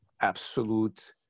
absolute